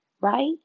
right